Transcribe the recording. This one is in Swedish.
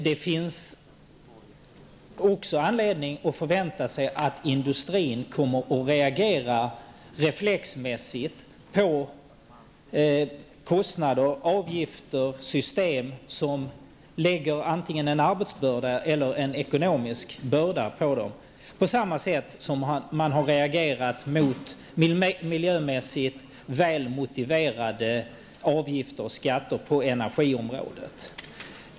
Det finns också anledning att förvänta sig att industrin reflexmässigt reagerar på kostnader, avgifter och system som antingen lägger en arbetsbörda eller en ekonomisk börda på den. På samma sätt har man reagerat mot miljömässigt väl motiverade avgifter och skatter på energiområdet.